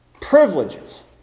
privileges